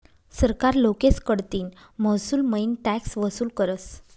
सरकार लोकेस कडतीन महसूलमईन टॅक्स वसूल करस